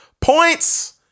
Points